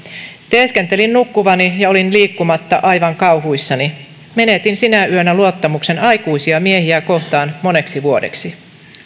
teeskentelin nukkuvani ja olin liikkumatta aivan kauhuissani menetin sinä yönä luottamuksen aikuisia miehiä kohtaan moneksi vuodeksi